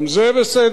גם זה בסדר.